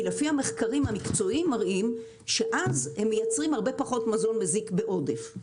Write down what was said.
כי המחקרים המקצועיים מראים שאז הם מייצרים הרבה פחות מזון מזיק בעודף.